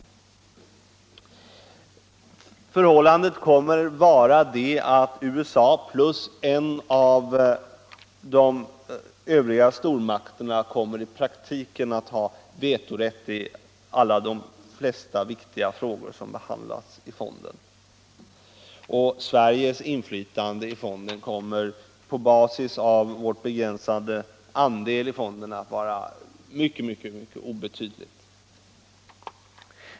I praktiken kommer det att vara så att USA plus en av de övriga stormakterna har vetorätt i de allra flesta viktiga frågor som behandlas i fonden. Sveriges inflytande kommer på basis av vår begränsade andel i fonden att vara ytterst obetydligt.